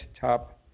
Top